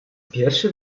pierwszy